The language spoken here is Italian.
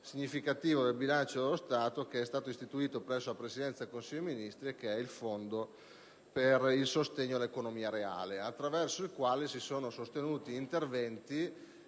significativo del bilancio dello Stato che è stato istituito presso la Presidenza del Consiglio dei ministri, ossia il Fondo per il sostegno all'economia reale, attraverso il quale si sono sostenuti interventi